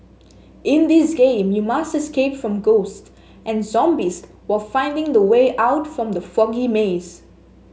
in this game you must escape from ghost and zombies while finding the way out from the foggy maze